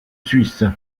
suisse